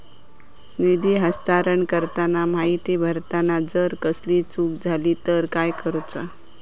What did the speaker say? निधी हस्तांतरण करताना माहिती भरताना जर कसलीय चूक जाली तर काय करूचा?